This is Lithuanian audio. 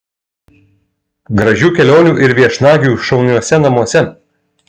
gražių kelionių ir viešnagių šauniuose namuose